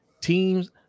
Teams